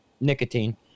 nicotine